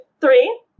three